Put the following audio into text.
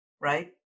right